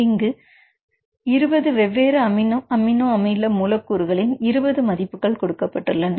இங்கு 20 வெவ்வேறு அமினோ அமிலம் மூலக்கூறுகளின் 20 மதிப்புகள் கொடுக்கப்பட்டுள்ளன